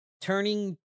turning